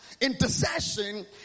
Intercession